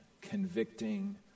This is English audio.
convicting